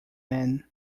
men